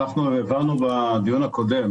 הבהרנו בדיון הקודם,